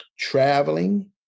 traveling